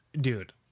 dude